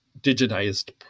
digitized